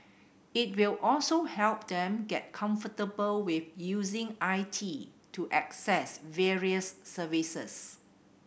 it will also help them get comfortable with using I T to access various services